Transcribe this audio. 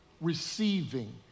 receiving